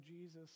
Jesus